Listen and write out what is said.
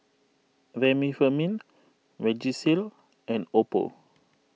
Remifemin Vagisil and Oppo